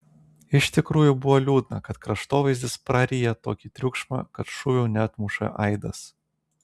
iš tikrųjų buvo liūdna kad kraštovaizdis praryja tokį triukšmą kad šūvių neatmuša aidas